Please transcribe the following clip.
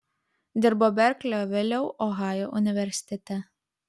dirbo berklio vėliau ohajo universitete